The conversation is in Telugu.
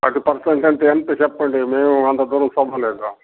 థర్టీ పర్సెంట్ అంటే ఏంత చెప్పండి మేము అంత దూరం చదవలేదు